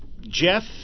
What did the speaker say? Jeff